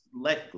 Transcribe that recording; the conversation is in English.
Let